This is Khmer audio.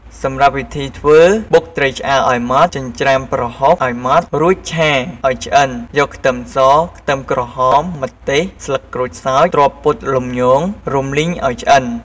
សម្រាប់វីធីធ្ធ្វើបុកត្រីឆ្អើឱ្យម៉ដ្ឋ ចិញ្ច្រាំប្រហុកឱ្យម៉ត់ រួចឆាឱ្យឆ្អិនយកខ្ទឹមស ខ្ទឹមក្រហម ម្ទេស ស្លឹកក្រូចសើច ត្រប់ពុតលំញង រំលីងឱ្យឆ្អិន។